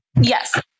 Yes